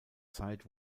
zeit